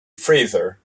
fraser